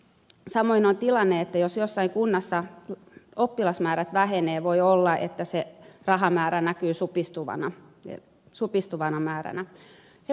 samoin on tilanne että jos jossain kunnassa oppilasmäärät vähenevät voi olla että se näkyy supistuvana rahamääränä